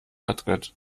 adrett